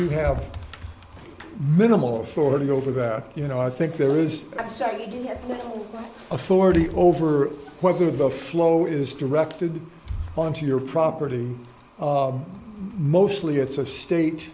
you have minimal authority over that you know i think there is authority over whether the flow is directed onto your property mostly it's a state